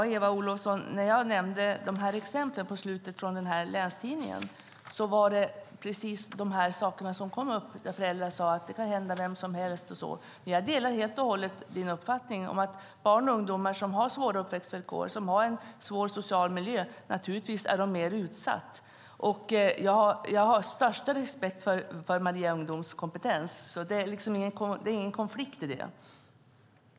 Herr talman! När jag nämnde exemplen från länstidningen på slutet, Eva Olofsson, var det de frågorna som kom upp. Föräldrar sade att detta kan hända vem som helst. Jag delar helt och hållet din uppfattning om att barn och ungdomar som har svåra uppväxtvillkor, som lever i en svår social miljö, är naturligtvis mer utsatta. Jag har största respekt för den kompetens som finns på Maria Ungdom. Det finns ingen konflikt där.